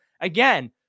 Again